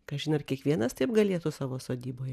kažin ar kiekvienas taip galėtų savo sodyboje